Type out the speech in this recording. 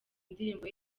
ndirimbo